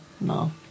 no